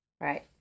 right